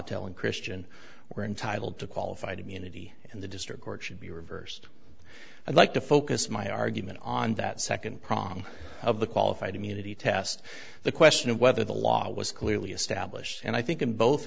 telle and christian were entitled to qualified immunity and the district court should be reversed i'd like to focus my argument on that second prong of the qualified immunity test the question of whether the law was clearly established and i think in both